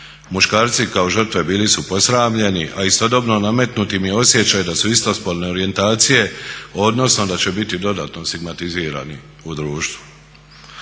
Muškarci kao žrtve bili su posramljeni a istodobno nametnut im je osjećaj da su istospolne orijentacije, odnosno da će biti dodatno stigmatizirani u društvu.